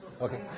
Okay